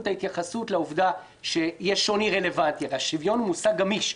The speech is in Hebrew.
ההתייחסות לעובדה שיש שוני רלוונטי השוויון הוא מושג גמיש,